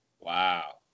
Wow